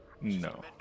No